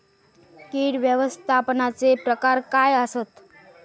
कीड व्यवस्थापनाचे प्रकार काय आसत?